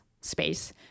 space